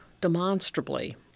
demonstrably